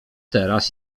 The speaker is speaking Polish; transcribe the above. teraz